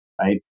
right